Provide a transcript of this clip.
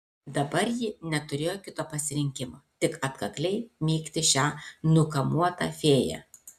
dabar ji neturėjo kito pasirinkimo tik atkakliai mygti šią nukamuotą fėją